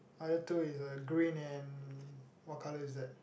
other two is a green and what colour is that